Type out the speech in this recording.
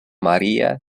maria